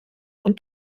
und